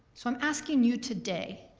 so i'm asking you today,